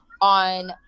on